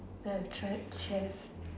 then I tried chess